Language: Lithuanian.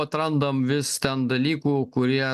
atrandam vis ten dalykų kurie